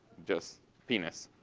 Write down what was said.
just penis